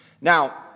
Now